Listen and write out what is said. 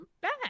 back